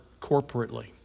corporately